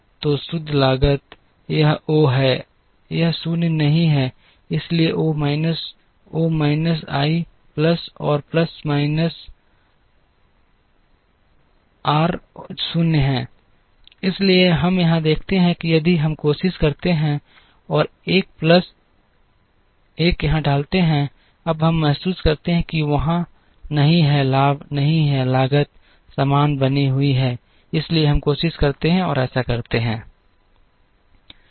तो शुद्ध लागत यह ओ है यह शून्य नहीं है इसलिए O minus O minus I plus और प्लस आर माइनस आर 0 है इसलिए हम यहाँ देखते हैं कि यदि हम कोशिश करते हैं और एक प्लस 1 यहाँ डालते हैं अब हम महसूस करते हैं कि वहाँ नहीं है लाभ नहीं है लागत समान बनी हुई है इसलिए हम कोशिश करते हैं और ऐसा करते हैं